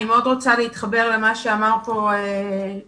אני מאוד רוצה להתחבר למה שאמר פה יובל